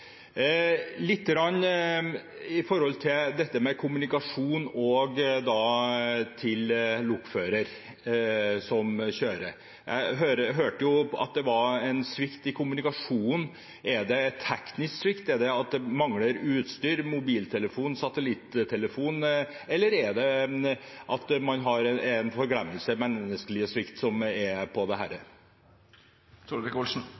dette som gjelder kommunikasjon til lokfører som kjører: Jeg hørte at det var en svikt i kommunikasjonen. Er det teknisk svikt, er det at det mangler utstyr som mobiltelefon eller satellittelefon, eller er det at man har en forglemmelse og menneskelig svikt som gjelder her? Akkurat det lurer jeg også på på det